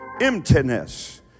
Emptiness